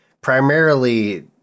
primarily